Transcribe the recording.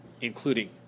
including